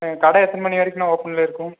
கடை எத்தனை மணி வரைக்குண்ணா ஒபனில் இருக்கும்